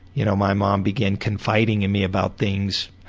you know my mom began confiding in me about things.